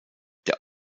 der